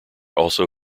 also